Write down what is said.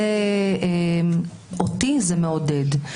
אותי זה מעודד.